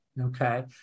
okay